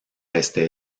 este